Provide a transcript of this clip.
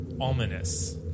ominous